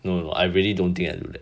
no no I really don't do that